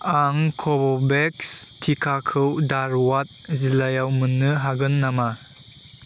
आं कव'भेक्स टिकाखौ धारवाद जिल्लायाव मोननो हागोन नामा